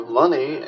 money